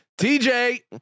TJ